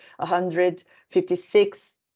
156